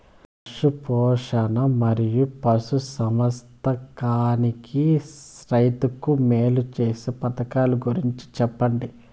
పశు పోషణ మరియు పశు సంవర్థకానికి రైతుకు మేలు సేసే పథకాలు గురించి చెప్పండి?